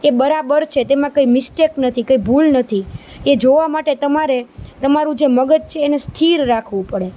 એ બરાબર છે તેમા કઈ મિસ્ટેક નથી કઈ ભૂલ નથી એ જોવા માટે તમારે તમારું જે મગજ છે એને સ્થિર રાખવું પડે